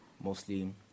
mostly